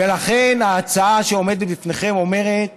ולכן ההצעה שעומדת בפניכם אומרת